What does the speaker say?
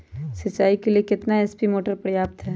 सिंचाई के लिए कितना एच.पी मोटर पर्याप्त है?